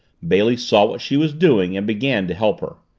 bailey saw what she was doing and began to help her.